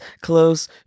close